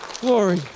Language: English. Glory